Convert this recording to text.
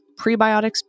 prebiotics